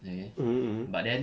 okay but then